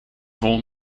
vol